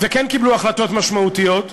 וכן קיבלו החלטות משמעותיות.